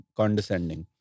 condescending